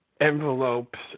envelopes